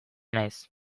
naiz